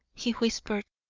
he whispered,